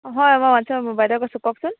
হয় মই ৱাইন শ্বপৰ বাইদেউ কৈছোঁ কওকচোন